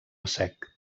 sec